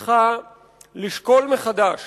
ממך לשקול מחדש